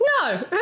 No